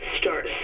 start